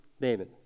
David